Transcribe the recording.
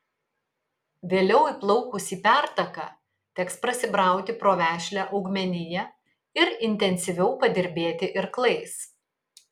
vėliau įplaukus į pertaką teks prasibrauti pro vešlią augmeniją ir intensyviau padirbėti irklais